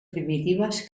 primitives